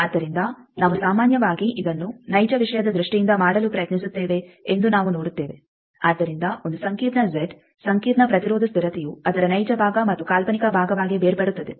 ಆದ್ದರಿಂದ ನಾವು ಸಾಮಾನ್ಯವಾಗಿ ಇದನ್ನು ನೈಜ ವಿಷಯದ ದೃಷ್ಟಿಯಿಂದ ಮಾಡಲು ಪ್ರಯತ್ನಿಸುತ್ತೇವೆ ಎಂದು ನಾವು ನೋಡುತ್ತೇವೆ ಆದ್ದರಿಂದ ಒಂದು ಸಂಕೀರ್ಣ ಜೆಡ್ ಸಂಕೀರ್ಣ ಪ್ರತಿರೋಧ ಸ್ಥಿರತೆಯು ಅದರ ನೈಜ ಭಾಗ ಮತ್ತು ಕಾಲ್ಪನಿಕ ಭಾಗವಾಗಿ ಬೇರ್ಪಡುತ್ತದೆ